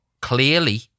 Clearly